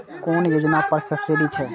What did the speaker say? कुन योजना पर सब्सिडी छै?